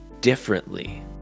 differently